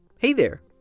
hey there!